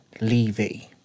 Levy